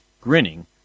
grinning